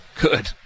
good